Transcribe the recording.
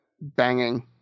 banging